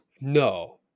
no